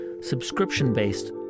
subscription-based